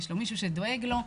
יש לו מישהו שדואג לו,